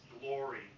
glory